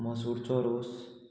मसूरचो रोस